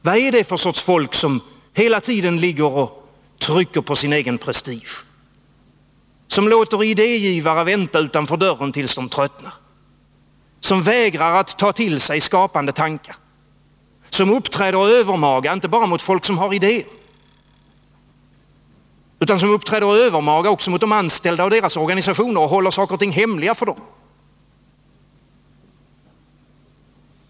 Vad är det för sorts folk som hela tiden håller på sin egen prestige, som låter idégivare vänta utanför dörren tills de tröttnar, som vägrar att ta till sig skapande tankar, som uppträder övermaga inte bara mot folk som har idéer utan också mot de anställda och deras organisationer och håller saker och ting hemliga för dem?